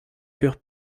pure